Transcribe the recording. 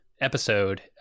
episode